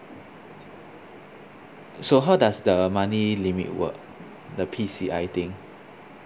so how does the money limit work the P_C_I thing